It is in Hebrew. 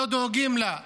לא דואגים לה.